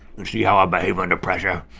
you see how i behave under pressure?